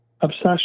obsession